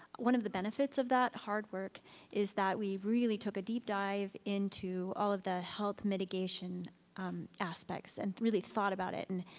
one of the benefits of that hard work is that we really took a deep dive into all of the health mitigation aspects and really thought about it. and